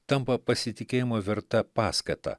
tampa pasitikėjimo verta paskata